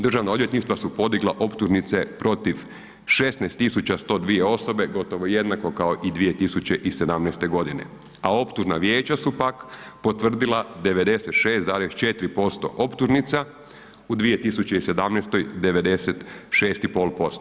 Državna odvjetništva su podigla optužnice protiv 16102 osobe, gotovo jednako kao i 2017.g., a optužna vijeća su pak potvrdila 96,4% optužnica, u 2017.g. 96,5%